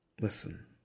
listen